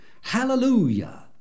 Hallelujah